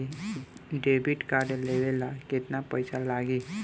Debit card लेवे ला केतना पईसा लागी?